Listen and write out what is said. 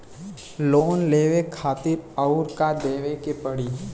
Loan लेवे खातिर अउर का देवे के पड़ी?